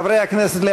חברי הכנסת,